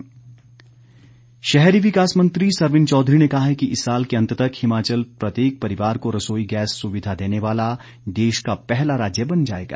सरवीण शहरी विकास मंत्री सरवीण चौधरी ने कहा है कि इस साल के अंत तक हिमाचल प्रत्येक परिवार को रसोई गैस सुविधा देने वाला देश का पहला राज्य बन जाएगा